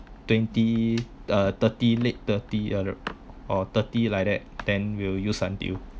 twenty uh thirty late thirty or thirty like that then we'll use until